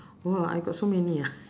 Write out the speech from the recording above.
!wah! I got so many ah